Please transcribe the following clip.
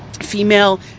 female